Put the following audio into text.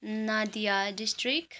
Nadia district